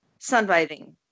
sunbathing